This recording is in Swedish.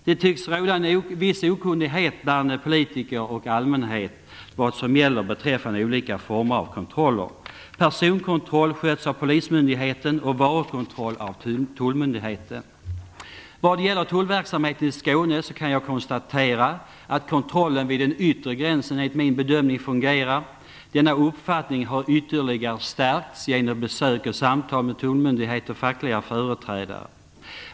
Det tycks råda en viss okunnighet bland politiker och allmänhet om vad som gäller beträffande olika former av kontroller. Personkontroll sköts av Polismyndigheten och varukontroll av Tullmyndigheten. Vad gäller tullverksamheten i Skåne kan jag konstatera att kontrollen vid den yttre gränsen enligt min bedömning fungerar. Denna uppfattning har ytterligare stärkts genom besök och samtal med tullmyndigheter och fackliga företrädare.